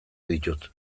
ditut